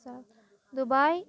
sir Dubai